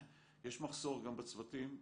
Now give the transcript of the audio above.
יש מחסור גם בצוותים,